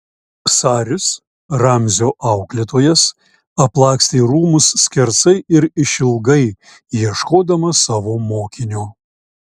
saris ramzio auklėtojas aplakstė rūmus skersai ir išilgai ieškodamas savo mokinio